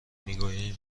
میگوییم